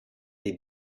les